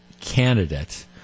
candidate